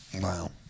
Wow